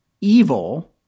evil